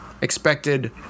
expected